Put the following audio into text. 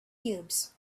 cubes